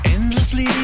Endlessly